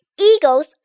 Eagles